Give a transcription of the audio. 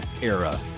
era